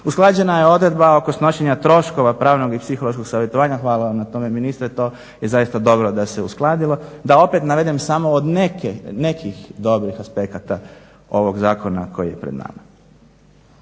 Usklađena je odredba oko snošenja troškova pravnog i psihološkog savjetovanja, hvala vam na tome ministre, to je zaista dobro da se uskladimo. Da opet navedem samo od nekih dobrih aspekata ovog zakona koji je pred nama.